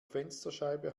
fensterscheibe